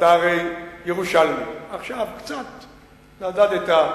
ואתה הרי ירושלמי, עכשיו קצת נדדת,